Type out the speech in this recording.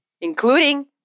including